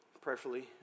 prayerfully